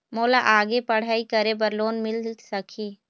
मोला आगे पढ़ई करे बर लोन मिल सकही?